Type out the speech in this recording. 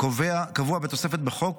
קבוע בתוספת בחוק,